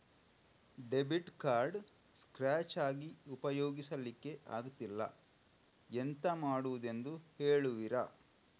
Debit card scratch ಆಗಿ ಉಪಯೋಗಿಸಲ್ಲಿಕ್ಕೆ ಆಗ್ತಿಲ್ಲ, ಎಂತ ಮಾಡುದೆಂದು ಹೇಳುವಿರಾ?